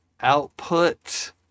output